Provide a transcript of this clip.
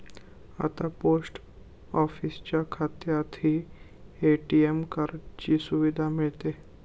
आता पोस्ट ऑफिसच्या खात्यातही ए.टी.एम कार्डाची सुविधा मिळते